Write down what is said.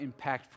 impactful